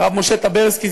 הרב משה טברסקי,